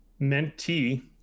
mentee